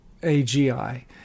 AGI